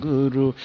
Guru